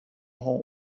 home